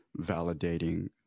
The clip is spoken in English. validating